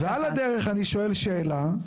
ועל הדרך אני שואל שאלה,